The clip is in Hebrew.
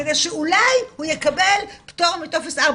כדי שאולי הוא יקבל פטור מטופס 4,